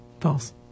False